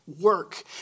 work